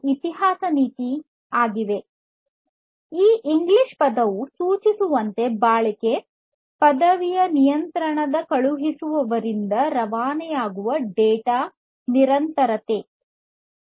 durability English ಪದವು ಸೂಚಿಸುವಂತೆ ಬಾಳಿಕೆ ಎಂದು ಅರ್ಥ ಡೇಟಾ ನಿರಂತರತೆ ಅನ್ನು ಸೂಚಿಸುತ್ತದೆ